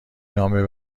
نامه